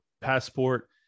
passport